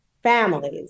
families